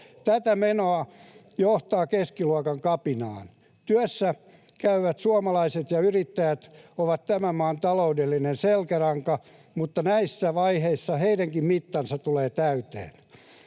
Tämä meno johtaa keskiluokan kapinaan. Työssäkäyvät suomalaiset ja yrittäjät ovat tämän maan taloudellinen selkäranka, mutta näissä vaiheissa heidänkin mittansa tulee täyteen.